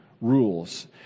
rules